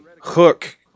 hook